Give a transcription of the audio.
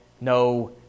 no